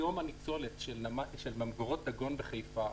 היום הניצולת של ממגורות דגון בחיפה,